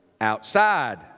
outside